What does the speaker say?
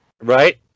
Right